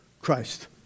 Christ